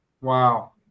Wow